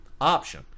option